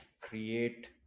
create